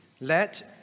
let